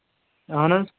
اَہَن حظ